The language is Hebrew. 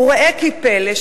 וראה כי פלא,